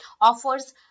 offers